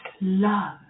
love